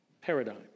paradigm